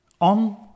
on